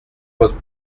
votre